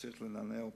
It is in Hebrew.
צריך לנענע אותה,